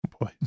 boy